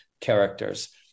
characters